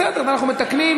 בסדר, אז אנחנו מתקנים.